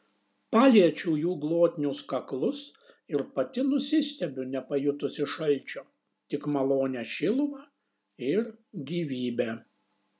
paliečiu jų glotnius kaklus ir pati nusistebiu nepajutusi šalčio tik malonią šilumą ir gyvybę